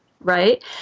Right